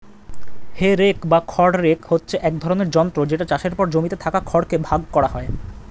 হে rake বা খড় rake হচ্ছে এক ধরণের যন্ত্র যেটা চাষের পর জমিতে থাকা খড় কে ভাগ করা হয়